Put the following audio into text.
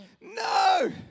No